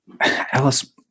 Alice